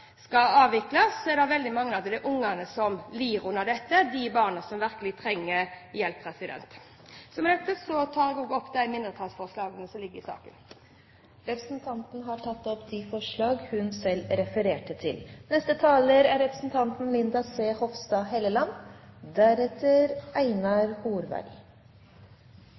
avvikles, er det mange barn som lider, de barna som virkelig trenger hjelp. Jeg tar herved opp det mindretallsforslaget som ligger i saken. Representanten Solveig Horne har tatt opp det forslaget hun refererte til. For Høyre er